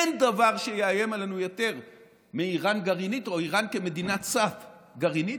אין דבר שיאיים עלינו יותר מאיראן גרעינית או איראן כמדינת סף גרעינית,